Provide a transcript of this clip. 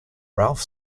ralph